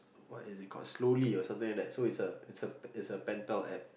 what is it called slowly or something like that it is a pen pal App